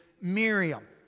Miriam